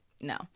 no